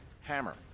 Hammer